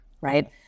right